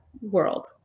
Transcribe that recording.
world